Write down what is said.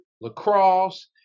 lacrosse